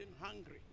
hungry